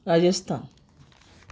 Rajasthan